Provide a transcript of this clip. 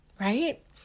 Right